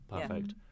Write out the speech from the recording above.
perfect